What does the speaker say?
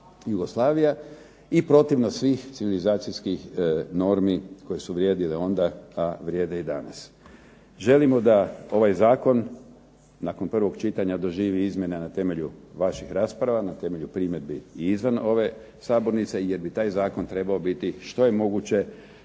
Jugoslavija i protivno svih civilizacijskih normi koje su vrijedile onda, a vrijede i danas. Želimo da ovaj zakon nakon prvog čitanja doživi izmjene na temelju vaših rasprava, na temelju primjedbi i izvan ove sabornice jer bi taj zakon trebao biti što je moguće